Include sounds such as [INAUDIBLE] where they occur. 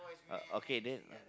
[NOISE] uh okay then